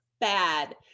bad